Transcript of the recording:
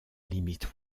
limite